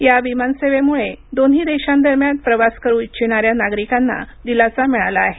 या विमान सेवेमुळे दोन्ही देशादरम्यान प्रवास करू इच्छणाऱ्या नागरिकांना दिलासा मिळाला आहे